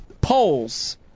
polls